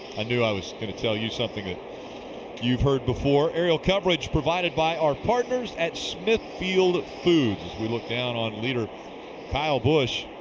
i knew i was going to tell you something that you've heard before. aerial coverage provided by our partners at smithfield foods. we look down on leader kyle busch.